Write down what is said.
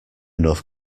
enough